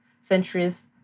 centuries